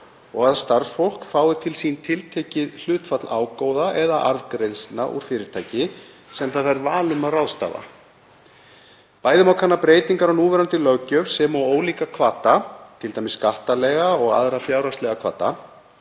og að starfsfólk fái til sín tiltekið hlutfall ágóða eða arðgreiðslna úr fyrirtæki sem það fær val um að ráðstafa. Bæði má kanna breytingar á núverandi löggjöf sem og ólíka hvata, t.d. skattalega og aðra fjárhagslega hvata,